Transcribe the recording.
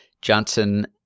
Johnson